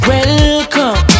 Welcome